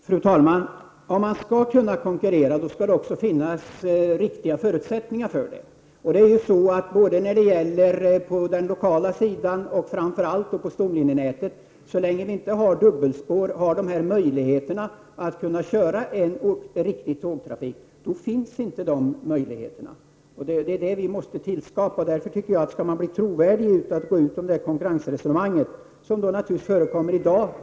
Fru talman! Om man skall konkurrera, skall det också finnas riktiga förutsättningar för det. Så länge vi inte har dubbelspår på den lokala sidan och framför allt på stomlinjenätet är det inte möjligt att köra en riktig tågtrafik och konkurrera. Vi måste tillskapa de förutsättningarna. I dag förekommer konkurrens på vägnätet, där man kan anlita vilket företag som helst.